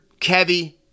Kevy